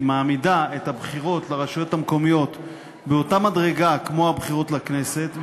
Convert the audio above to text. היא מעמידה את הבחירות לרשויות המקומיות באותה מדרגה כמו הבחירות לכנסת,